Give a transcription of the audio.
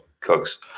cooks